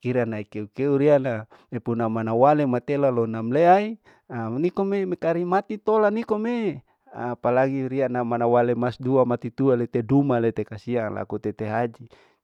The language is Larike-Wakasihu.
kirana keu keu riyana, ipuna mana wale matela lonamleae anikome mikari mati tola nikome, aapalagi riyana mana wale mas dua mati tual ite duma lete laku kasiang laku tete haji.